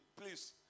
please